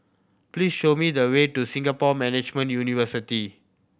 please show me the way to Singapore Management University